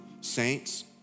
saints